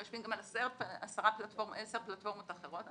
וגם על עשר פלטפורמות אחרות,